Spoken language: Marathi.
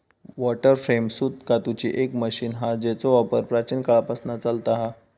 वॉटर फ्रेम सूत कातूची एक मशीन हा जेचो वापर प्राचीन काळापासना चालता हा